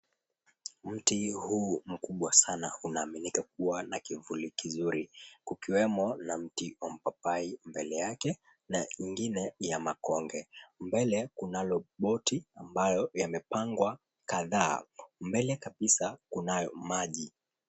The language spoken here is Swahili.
Mti huu mkubwa sana unaaminika kuwa na kivuli kizuri. Kukiwemo na mti wa mpapai mbele yake na ingine ya makonge. Mbele kunalo boti ambayo yamepangwa kadhaa. Mbele kabisa kunayo maji.